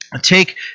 take